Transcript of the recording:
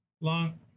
Long